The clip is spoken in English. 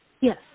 Yes